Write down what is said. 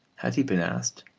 had he been asked,